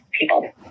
people